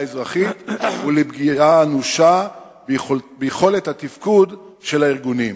האזרחית ולפגיעה אנושה ביכולת התפקוד של הארגון?